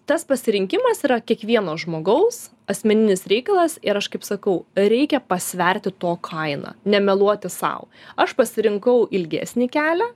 tas pasirinkimas yra kiekvieno žmogaus asmeninis reikalas ir aš kaip sakau reikia pasverti to kainą nemeluoti sau aš pasirinkau ilgesnį kelią